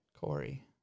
Corey